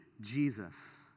Jesus